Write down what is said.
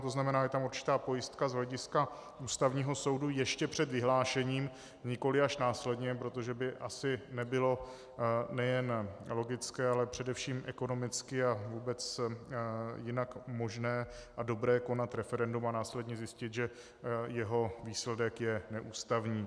To znamená, je tam určitá pojistka z hlediska Ústavního soudu ještě před vyhlášením, nikoliv až následně, protože by asi nebylo nejen logické, ale především ekonomicky a vůbec jinak možné a dobré konat referendum a následně zjistit, že jeho výsledek je neústavní.